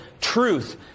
truth